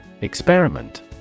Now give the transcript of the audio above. Experiment